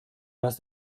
hast